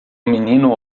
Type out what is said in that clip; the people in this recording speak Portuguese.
menino